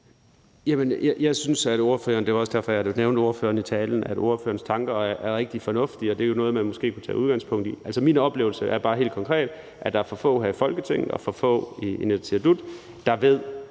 Jeg synes – og det var også derfor, jeg nævnte ordføreren i talen – at ordførerens tanker, er rigtig fornuftige, og at det jo måske er noget, man kunne tage udgangspunkt i. Min oplevelse er bare helt konkret, at der er for få her i Folketinget og for få i Inatsisartut, der ved,